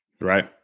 Right